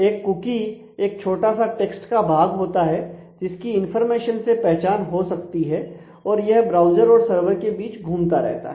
एक कुकी एक छोटा सा टेक्स्ट का भाग होता है जिसकी इंफॉर्मेशन से पहचान हो सकती है और यह ब्राउज़र और सर्वर के बीच घूमता रहता है